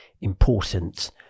important